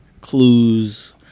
clues